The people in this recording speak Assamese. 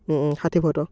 ষাঠি ৱাট অঁ